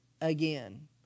again